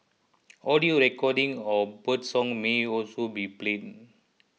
audio recordings of birdsong may also be played